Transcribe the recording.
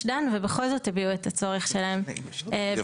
דן ובכל זאת הביעו את הצורך שלהם במטרו.